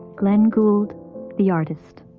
glenn gould the artist.